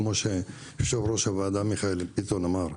כמו שיו"ר הוועדה מיכאל ביטון אמר,